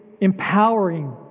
empowering